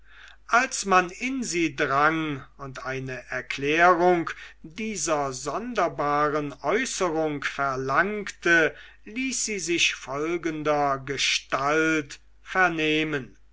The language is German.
als man in sie drang und eine erklärung dieser sonderbaren äußerung verlangte ließ sie sich folgendergestalt vernehmen